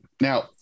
Now